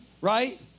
right